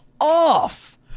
off